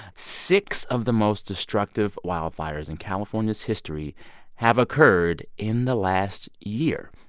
six of the most destructive wildfires in california's history have occurred in the last year.